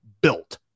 Built